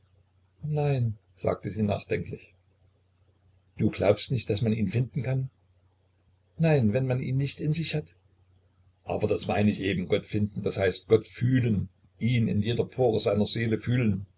nein sagte sie nachdenklich du glaubst nicht daß man ihn finden kann nein wenn man ihn nicht in sich hat aber das meine ich eben gott finden das heißt gott fühlen ihn in jeder pore seiner seele fühlen